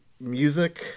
music